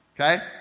Okay